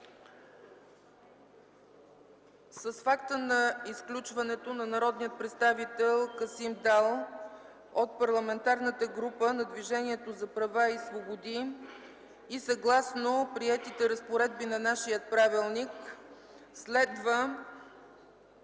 С факта на изключването на народния представител Касим Дал от Парламентарната група на Движението за права и свободи и съгласно приетите разпоредби на нашия правилник, следва